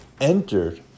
entered